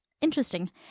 Interesting